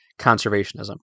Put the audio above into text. conservationism